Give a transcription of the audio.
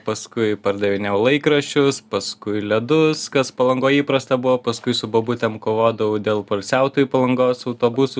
paskui pardavinėjau laikraščius paskui ledus kas palangoj įprasta buvo paskui su bobutėm kovodavau dėl poilsiautojų palangos autobusų